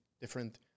different